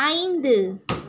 ஐந்து